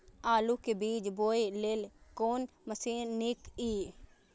आलु के बीज बोय लेल कोन मशीन नीक ईय?